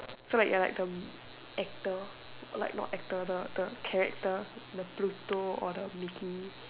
so like you're like the actor or like not actor the the the character the Pluto or the Mickey